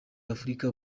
afurika